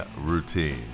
routine